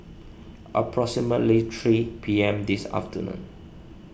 approximately three P M this afternoon